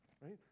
right